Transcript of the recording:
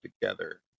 together